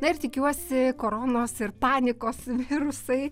na ir tikiuosi koronos ir panikos virusai